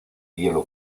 hielo